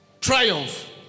triumph